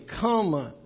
come